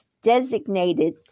designated